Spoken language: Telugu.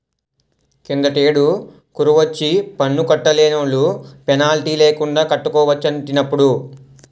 కిందటేడు కరువొచ్చి పన్ను కట్టలేనోలు పెనాల్టీ లేకండా కట్టుకోవచ్చటిప్పుడు